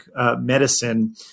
medicine